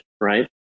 right